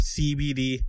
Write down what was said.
cbd